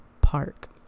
Park